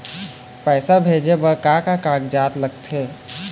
पैसा भेजे बार का का कागजात लगथे?